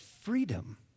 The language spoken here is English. freedom